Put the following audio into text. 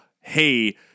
hey